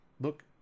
look